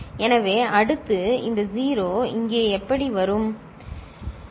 எனவே அடுத்து இந்த 0 இங்கே இப்படி வரும் சரி